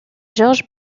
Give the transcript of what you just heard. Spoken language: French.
georges